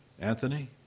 Anthony